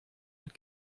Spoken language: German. mit